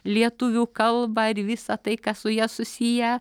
lietuvių kalbą ir visa tai kas su ja susiję